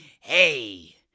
hey